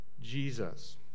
Jesus